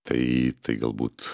tai tai galbūt